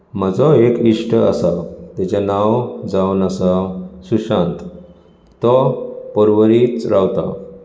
म्हजो एक इश्ट आसा तेजें नांव जावन आसा सुशांत तो पर्वरी रावता